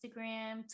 Instagram